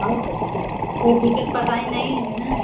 और कोई दिक़्क़त परेशानी नहीं है ना